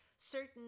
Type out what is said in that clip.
certain